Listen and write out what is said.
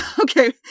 okay